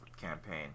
campaign